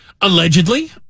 Allegedly